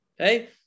Okay